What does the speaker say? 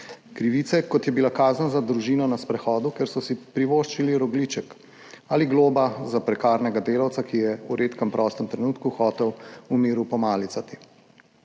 krivice, kot je bila kazen za družino na sprehodu, ker so si privoščili rogljiček, ali globa za prekarnega delavca, ki je v redkem prostem trenutku hotel v miru pomalicati.